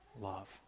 love